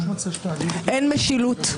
אין משילות.